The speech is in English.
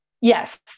Yes